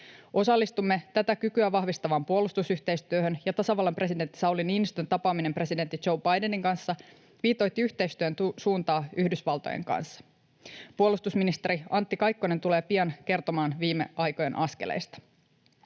Osallistumme tätä kykyä vahvistavaan puolustusyhteistyöhön, ja tasavallan presidentin Sauli Niinistön tapaaminen presidentti Joe Bidenin kanssa viitoitti yhteistyön suuntaa Yhdysvaltojen kanssa. Puolustusministeri Antti Kaikkonen tulee pian kertomaan viime aikojen askeleista.